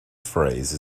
phrase